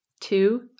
Two